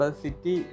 city